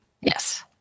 yes